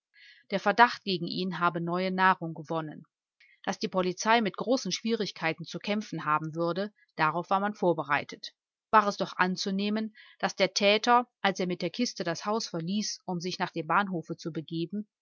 der verdacht gegen ihn habe neue nahrung gewonnen daß die polizei mit großen schwierigkeiten zu kämpfen haben würde darauf war man vorbereitet war es doch anzunehmen daß der täter als er mit der kiste das haus verließ um sich nach dem bahnhofe zu begeben